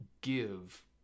give